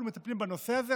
אנחנו מטפלים בנושא הזה.